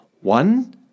One